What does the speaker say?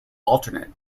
alternate